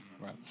right